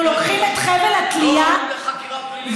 אנחנו לוקחים את חבל התלייה ואנחנו,